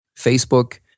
Facebook